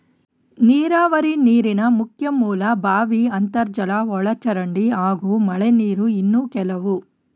ನೀರಾವರಿ ನೀರಿನ ಮುಖ್ಯ ಮೂಲ ಬಾವಿ ಅಂತರ್ಜಲ ಒಳಚರಂಡಿ ಹಾಗೂ ಮಳೆನೀರು ಇನ್ನು ಕೆಲವು